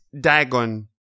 Dagon